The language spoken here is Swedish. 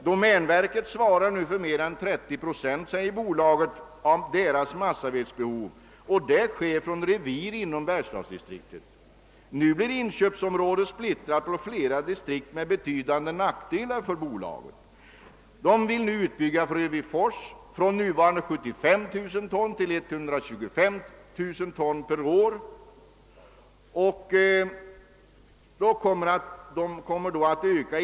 Domänverket svarar nu för mer än 30 procent av bolagets massavedsbehov, och detta behov tillgodoses från revir inom verkstadsdistriktet. Inköpsområdet blir nu splittrat på flera di strikt med betydande nackdelar för bolaget. Man vill utbygga Frövifors från nuvarande 75 000 ton till 125 000 tons produktion per år.